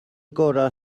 gorau